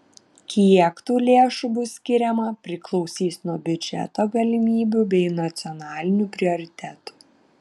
kiek tų lėšų bus skiriama priklausys nuo biudžeto galimybių bei nacionalinių prioritetų